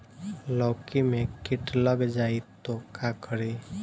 लौकी मे किट लग जाए तो का करी?